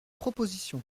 proposition